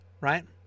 right